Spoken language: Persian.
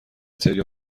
تریا